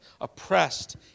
oppressed